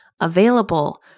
available